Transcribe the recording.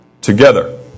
together